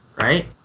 right